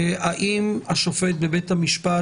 האם השופט בבית המשפט,